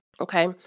Okay